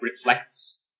reflects